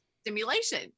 stimulation